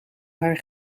haar